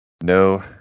No